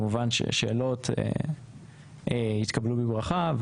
כמובן ששאלות יתקבלו בברכה,